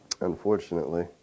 unfortunately